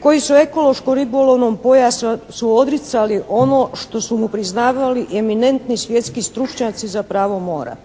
koji su ekološko-ribolovnom pojasu odricali ono što su mu priznavali i eminentni svjetski stručnjaci za pravo mora.